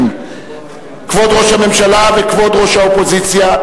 כבוד ראש הממשלה וכבוד ראש האופוזיציה.